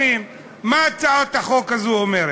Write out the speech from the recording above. גם בהצעה הזו תשובה והצבעה במועד אחר.